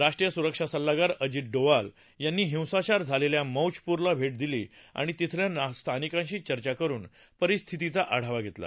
राष्ट्रीय सुरक्षा सल्लागार अजित डोवाल यांनी हिंसाचार झालेल्या मौजपूरला भेट दिली आणि तिथल्या स्थानिकांशी चर्चा करून परिस्थितीचा आढावा घेतला